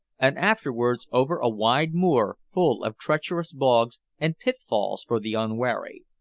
and afterwards over a wide moor full of treacherous bogs and pitfalls for the unwary.